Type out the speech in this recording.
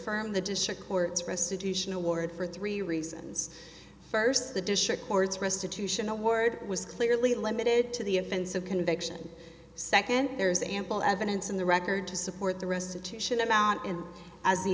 affirm the district court's restitution award for three reasons first the district court's restitution award was clearly limited to the offense of conviction second there is ample evidence in the record to support the restitution amount and as the